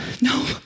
No